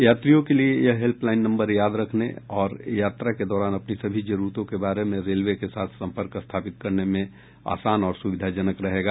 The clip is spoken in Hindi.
यात्रियों के लिए यह हेल्पलाइन नम्बर याद रखने और यात्रा के दौरान अपनी सभी जरूरतों के बारे में रेलवे के साथ सम्पर्क स्थापित करने में आसान और सुविधाजनक रहेगा